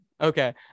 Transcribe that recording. okay